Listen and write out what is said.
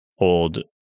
old